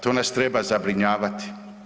To nas treba zabrinjavati.